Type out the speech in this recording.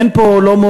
אין פה מעורבות,